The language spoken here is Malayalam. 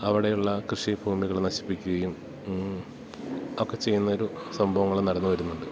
അവിടെയുള്ള കൃഷി ഭൂമികൾ നശിപ്പിക്കുകയും ഒക്കെ ചെയ്യുന്ന ഒരു സംഭവങ്ങൾ നടന്ന് വരുന്നുണ്ട്